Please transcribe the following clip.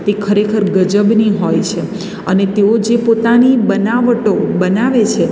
તે ખરેખર ગજબની હોય છે અને તેઓ જે પોતાની બનાવટો બનાવે છે